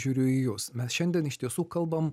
žiūriu į jus mes šiandien iš tiesų kalbam